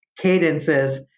cadences